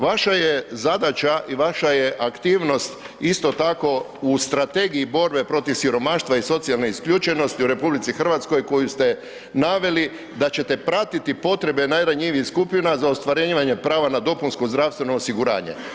Vaša je zadaća i vaša je aktivnost isto tako u strategiji borbe protiv siromaštva i socijalne isključenosti u RH koju ste naveli da ćete pratiti potrebe najranjivijih skupina za ostvarivanjem prava na dopunsko zdravstveno osiguranje.